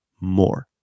more